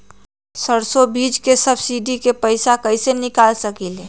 सरसों बीज के सब्सिडी के पैसा कईसे निकाल सकीले?